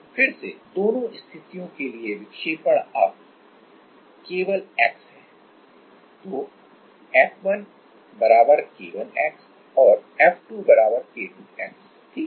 फिर से दोनों स्थितियों के लिए विक्षेपण अब केवल x है तो F1 K1x और F2 K2x ठीक है